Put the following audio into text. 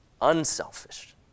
Unselfish